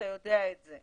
אתה יודע את זה.